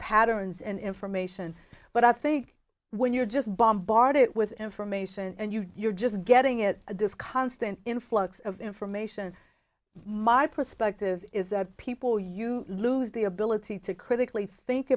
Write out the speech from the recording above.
patterns and information but i think when you're just bombarded with information and you you're just getting it this constant influx of information my perspective is that people you lose the ability to critically think